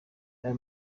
aya